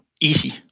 easy